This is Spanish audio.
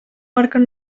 marcan